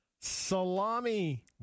Salami